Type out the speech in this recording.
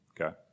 okay